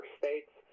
states